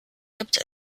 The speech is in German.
gibt